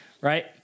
right